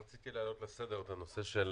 רציתי להעלות לסדר-היום את הנושא של